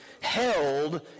held